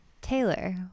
taylor